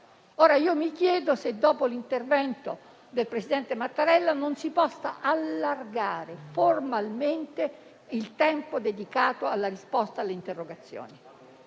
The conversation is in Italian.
Io mi chiedo se, dopo l'intervento del presidente Mattarella, non si possa allargare formalmente il tempo dedicato alle risposte alle interrogazioni.